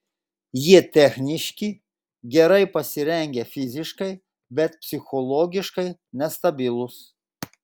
jie techniški gerai pasirengę fiziškai bet psichologiškai nestabilūs